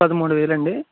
పదమూడు వేలండి